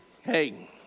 Hey